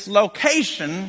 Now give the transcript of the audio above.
location